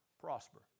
prosper